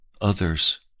others